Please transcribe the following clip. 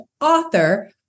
author